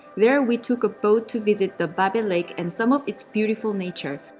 there, we took a boat to visit the ba be lake and some of its beautiful nature